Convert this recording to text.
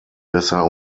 besser